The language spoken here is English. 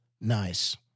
nice